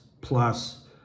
plus